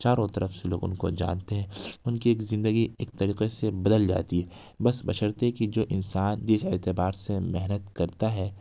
چاروں طرف سے لوگ ان کو جانتے ہیں ان کی ایک زندگی ایک طریقے سے بدل جاتی ہے بس بشرطے کہ جو انسان جس اعتبار سے محنت کرتا ہے